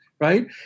Right